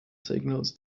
signals